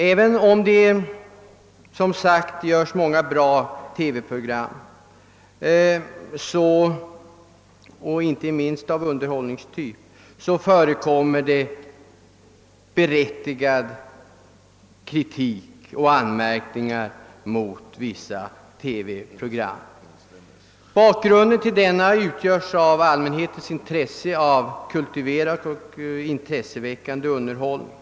Men även om det görs många goda TV-program, inte minst av underhållningskaraktär, kan berättigad kritik ändå riktas mot vissa program. Bakgrunden till de anmärkningarna är i så fall allmänhetens intresse av kultiverad och engagerande underhållning.